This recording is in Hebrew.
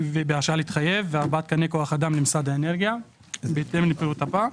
בהרשאה להתחייב וארבעה תקני כוח אדם למשרד האנרגיה בהתאם לפירוט הבא: